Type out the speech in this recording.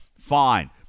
fine